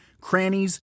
crannies